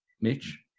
Mitch